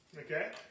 Okay